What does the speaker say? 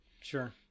Sure